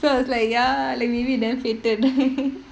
so I was like ya like really damn fated